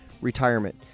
retirement